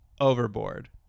Overboard